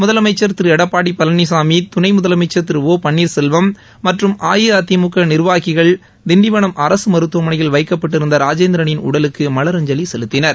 முதலமைச்சர் திரு எடப்பாடி பழனிசாமி துணை முதலமைச்சர் திரு ஒபன்னீர்செல்வம் மற்றும் அஇஅமதிமுக நிர்வாகிககள் திண்டிவனம் மருத்துவமனையில் அரசு வைக்கப்பட்டிருந்த ராஜேந்திரனின் உடலுக்கு மலரஞ்சலி செலுத்தினர்